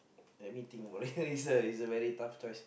let me think about it it's a it's a very tough choice